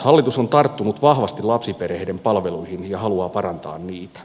hallitus on tarttunut vahvasti lapsiperheiden palveluihin ja haluaa parantaa niitä